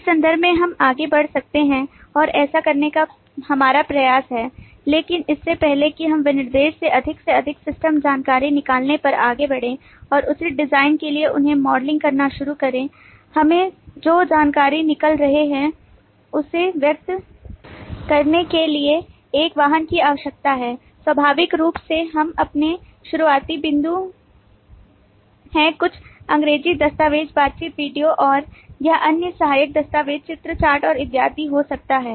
इस संदर्भ में हम आगे बढ़ सकते हैं और ऐसा करने का हमारा प्रयास है लेकिन इससे पहले कि हम विनिर्देश से अधिक से अधिक सिस्टम जानकारी निकालने पर आगे बढ़ें और उचित डिजाइन के लिए उन्हें मॉडलिंग करना शुरू करें हमें जो जानकारी निकाल रहे हैं उसे व्यक्त करने के लिए एक वाहन की आवश्यकता है स्वाभाविक रूप से हम अपने शुरुआती बिंदु हैं कुछ अंग्रेजी दस्तावेज़ बातचीत वीडियो और यह अन्य सहायक दस्तावेज़ चित्र चार्ट और इत्यादि हो सकता है